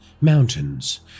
Mountains